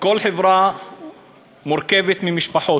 כל חברה מורכבת ממשפחות,